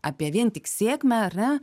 apie vien tik sėkmę ar ne